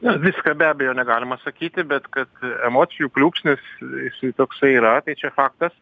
na viską be abejo negalima sakyti bet kad emocijų pliūpsnis jisai toksai yra tai čia faktas